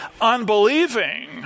unbelieving